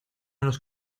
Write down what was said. los